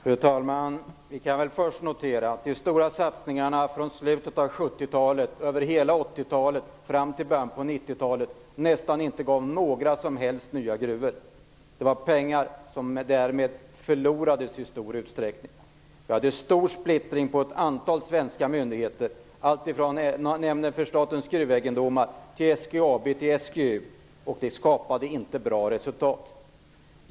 Fru talman! Först kan vi väl notera att de stora satsningarna från slutet av 70-talet, under hela 80-talet och fram på 90-talet nästan inte gett några som helst nya gruvor. Dessa pengar förlorades därmed i stor utsträckning. Det var stor splittring på ett antal svenska myndigheter - alltifrån Nämnden för statens gruvegendom till SGAB och SGU. Det gav inte bra resultat.